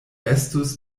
estus